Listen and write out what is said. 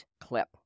clip